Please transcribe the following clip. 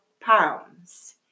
pounds